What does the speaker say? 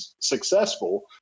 successful